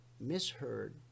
misheard